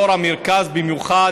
באזור המרכז במיוחד,